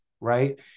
Right